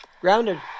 grounded